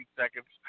seconds